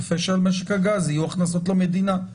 יפה שלמשק הגז יהיו הכנסות למדינה,